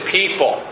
people